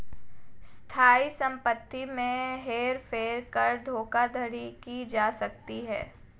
स्थायी संपत्ति में हेर फेर कर धोखाधड़ी की जा सकती है